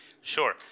Sure